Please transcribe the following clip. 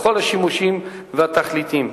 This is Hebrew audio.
לכל השימושים והתכליות,